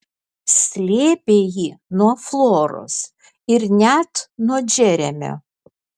slėpė jį nuo floros ir net nuo džeremio